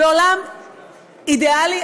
בעולם אידיאלי,